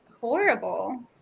horrible